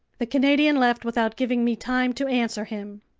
the canadian left without giving me time to answer him.